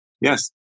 Yes